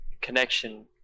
connection